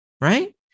right